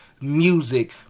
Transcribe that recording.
music